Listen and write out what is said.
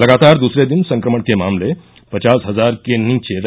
लगातार दूसरे दिन संक्रमण के मामले पचास हजार के नीचे रहे